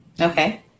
Okay